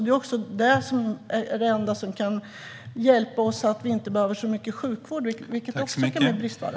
Det är också det enda som kan hjälpa oss så att vi inte behöver så mycket sjukvård, vilket också är en bristvara.